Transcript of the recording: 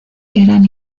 eran